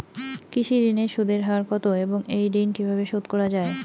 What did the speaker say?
কৃষি ঋণের সুদের হার কত এবং এই ঋণ কীভাবে শোধ করা য়ায়?